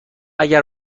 اگر